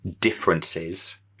differences